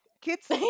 kids